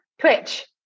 Twitch